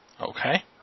Okay